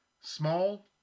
Small